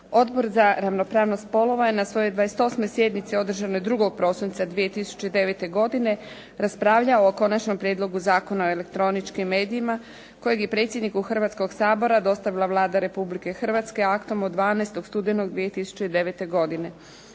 Odbor za ravnopravnost spolova je na svojoj 28. sjednici održanoj 2. prosinca 2009. godine raspravljao o Konačnom prijedlogu zakona o elektroničkim medijima kojeg je predsjedniku Hrvatskog sabora dostavila Vlada Republike Hrvatske aktom od 12. studenog 2009. godine.